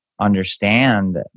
understand